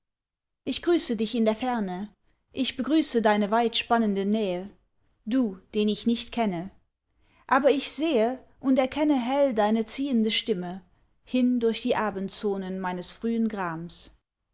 ich grüße dich in der ferne ich begrüße deine weit spannende nähe du den ich nicht kenne aber ich sehe und erkenne hell deine ziehende stimme hin durch die abendzonen meines frühen grams